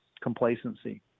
complacency